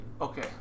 Okay